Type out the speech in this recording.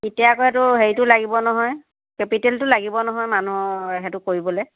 তেতিয়া আকৌ হেৰিটো লাগিব নহয় কেপিটেলটো লাগিব নহয় মানুহৰ সেইটো কৰিবলৈ